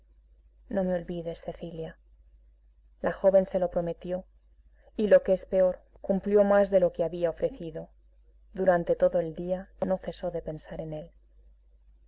no me olvides cecilia la joven se lo prometió y lo que es peor cumplió más de lo que había ofrecido durante todo el día no cesó de pensar en él